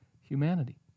humanity